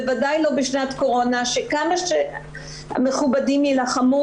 ובוודאי לא בשנת קורונה שכמה שהמכובדים יילחמו,